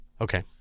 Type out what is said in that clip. Okay